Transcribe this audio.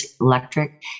electric